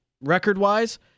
record-wise